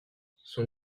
son